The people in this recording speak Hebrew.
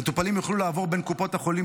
מטופלים יוכלו לעבור בין קופות החולים